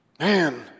Man